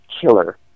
killer